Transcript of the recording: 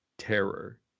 terror